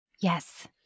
Yes